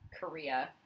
Korea